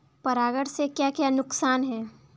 परागण से क्या क्या नुकसान हैं?